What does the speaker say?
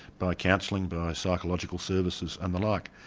by counselling, by psychological services and the like.